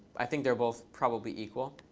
i think they're both probably equal.